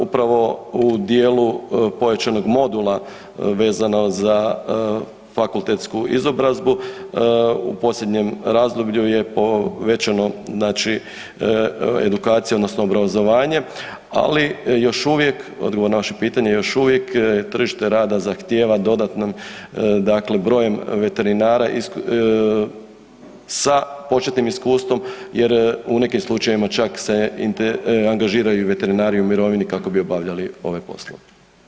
Upravo u djelu pojačanog modula vezano za fakultetsku izobrazbu, u posljednjem razdoblju je povećano znači edukacija odnosno obrazovanje ali još uvijek, odgovor na vaše pitanje, još uvijek tržište rada zahtjeva dodatno dakle broj veterinara sa početnim iskustvom jer u nekim slučajevima čak se angažiraju i veterinari u mirovini kako bi obavljali ove poslove.